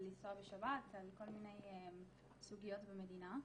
על לנסוע בשבת וכל מיני סוגיות במדינה.